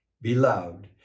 beloved